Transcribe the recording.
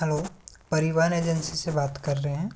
hello परिवहन agency से बात कर रहे हैं